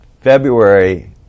February